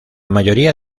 mayoría